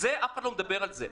אבל אף אחד לא מדבר על זה.